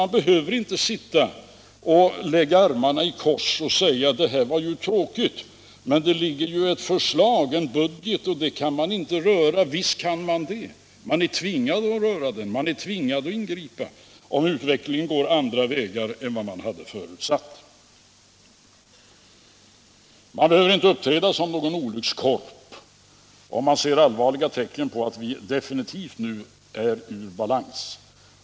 Man behöver inte sitta med armarna i kors och säga: Det här var ju tråkigt, men det ligger hos riksdagen ett budgetförslag, och det kan man inte röra vid. Visst kan man det; man är tvingad att ingripa om utvecklingen går andra vägar än man förutsatt. Det behöver inte innebära att man är en olyckskorp om man nu säger att det finns definitiva tecken på att vi är ur balans.